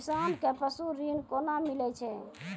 किसान कऽ पसु ऋण कोना मिलै छै?